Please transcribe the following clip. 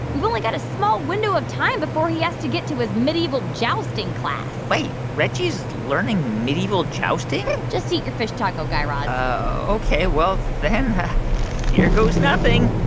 we've only got a small window of time before he has to get to his medieval jousting class wait. reggie's learning medieval jousting? just eat your fish taco, guy raz ok. well, then here goes nothing